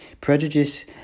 Prejudice